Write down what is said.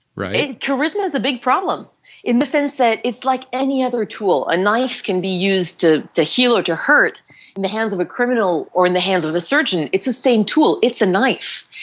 right? charisma is a big problem in the sense that it's like any other tool. a knife can be used to to heal or to hurt in and the hands of a criminal or in the hands of a surgeon. it's a same tool, it's a knife,